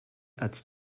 als